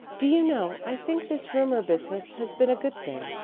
do you know, i think this rumor business has been a good thing.